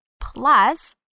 Plus